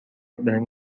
بهم